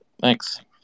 Thanks